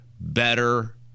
better